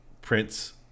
Prince